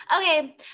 okay